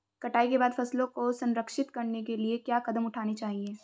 कटाई के बाद फसलों को संरक्षित करने के लिए क्या कदम उठाने चाहिए?